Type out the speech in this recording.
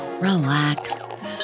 Relax